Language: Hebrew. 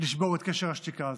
לשבור את קשר השתיקה הזה.